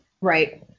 right